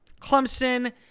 Clemson